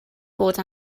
bod